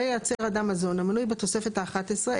ייצר אדם מזון המנוי בתוספת האחת עשרה,